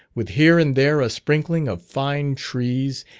with here and there a sprinkling of fine trees,